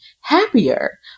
happier